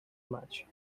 much